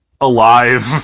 alive